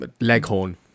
Leghorn